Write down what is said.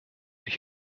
ich